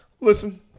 listen